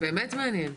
זה באמת מעניין.